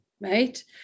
right